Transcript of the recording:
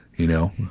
you know?